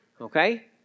Okay